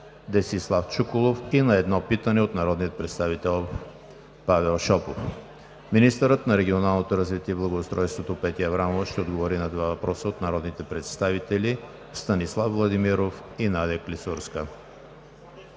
Десислав Чуколов и на едно питане от народния представител Павел Шопов. 2. Министърът на регионалното развитие и благоустройството Петя Аврамова ще отговори на два въпроса от народните представители Станислав Владимиров; и Надя Клисурска-Жекова.